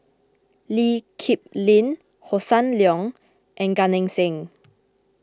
Lee Kip Lin Hossan Leong and Gan Eng Seng